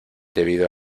debido